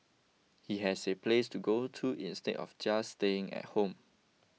he has a place to go to instead of just staying at home